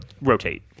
rotate